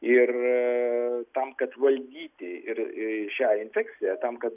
ir tam kad valdyti ir šią infekciją tam kad